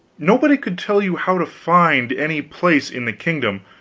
nobody could tell you how to find any place in the kingdom,